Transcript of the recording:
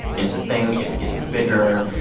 it's a thing. it's getting bigger.